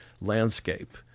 landscape